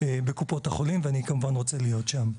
בקופות החולים ואני כמובן רוצה להיות שם.